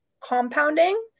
compounding